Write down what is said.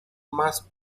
más